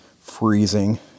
freezing